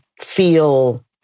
feel